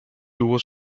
tuvo